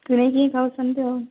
କିଣିକି ଖାଉଛନ୍ତି ଆଉ